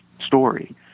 story